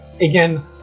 Again